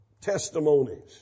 testimonies